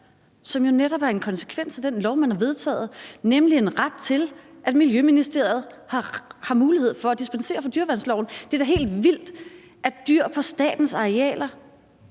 er jo netop en konsekvens af den lov, man har vedtaget, nemlig en ret til, at Miljøministeriet har mulighed for at dispensere fra dyreværnsloven. Det er da helt vildt, at dyr på statens arealer